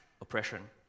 oppression